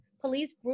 police